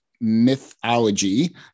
mythology